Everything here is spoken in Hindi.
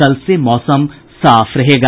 कल से मौसम साफ रहेगा